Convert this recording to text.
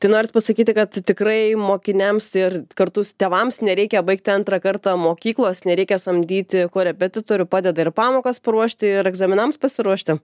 tai norit pasakyti kad tikrai mokiniams ir kartu tėvams nereikia baigti antrą kartą mokyklos nereikia samdyti korepetitorių padeda ir pamokas paruošti ir egzaminams pasiruošti